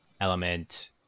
element